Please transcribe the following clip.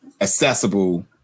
accessible